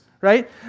right